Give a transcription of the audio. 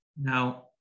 Now